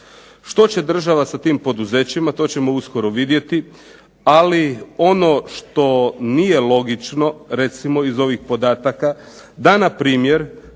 Što će država sa tim poduzećima? To ćemo uskoro vidjeti, ali ono što nije logično recimo iz ovih podataka da npr.